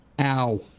Ow